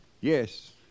Yes